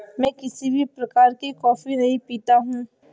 मैं किसी भी प्रकार की कॉफी नहीं पीता हूँ